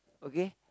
okay